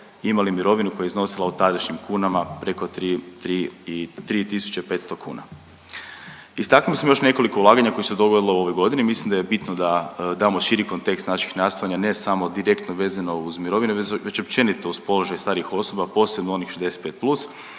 imali mirovinu koja je iznosila u tadašnjim kunama preko 3, 3 i, 3 tisuće 500 kuna. Istaknuli smo još nekoliko ulaganja koje se dogodilo u ovoj godini. Mislim da je bitno da damo širi kontekst naših nastojanja ne samo direktno vezano uz mirovine već općenito uz položaj starijih osoba, a posebno onih 65+,